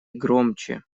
громче